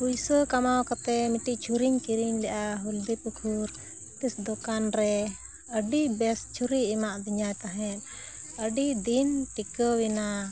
ᱯᱩᱭᱥᱟᱹ ᱠᱟᱢᱟᱣ ᱠᱟᱛᱮ ᱢᱤᱫᱴᱤᱡ ᱪᱷᱩᱨᱤᱧ ᱠᱤᱨᱤᱧ ᱞᱮᱫᱼᱟ ᱦᱚᱞᱫᱤ ᱯᱩᱠᱩᱨ ᱴᱤᱥ ᱫᱚᱠᱟᱱᱨᱮ ᱟᱹᱰᱤ ᱵᱮᱥ ᱪᱷᱩᱨᱤ ᱮᱢᱟᱜ ᱫᱤᱧᱟᱹᱭ ᱛᱟᱦᱮᱫ ᱟᱹᱰᱤ ᱫᱤᱱ ᱴᱤᱠᱟᱹᱣᱮᱱᱟ